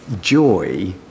joy